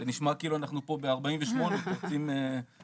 זה נשמע כאילו אנחנו פה ב-48' פורצים דרכים.